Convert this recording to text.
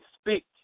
speak